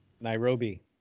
Nairobi